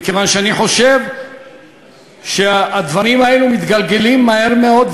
מכיוון שאני חושב שהדברים האלה מתגלגלים מהר מאוד.